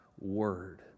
word